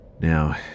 Now